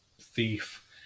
thief